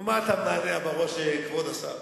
מה אתה מנענע בראש, כבוד השר?